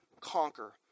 Conquer